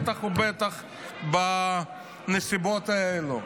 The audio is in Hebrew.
בטח ובטח בנסיבות האלה.